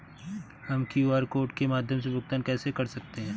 हम QR code के माध्यम से भुगतान कैसे कर सकते हैं?